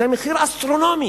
זה מחיר אסטרונומי.